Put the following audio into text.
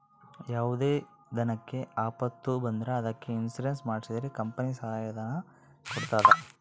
ಯಾವುದೇ ದನಕ್ಕೆ ಆಪತ್ತು ಬಂದ್ರ ಅದಕ್ಕೆ ಇನ್ಸೂರೆನ್ಸ್ ಮಾಡ್ಸಿದ್ರೆ ಕಂಪನಿ ಸಹಾಯ ಧನ ಕೊಡ್ತದ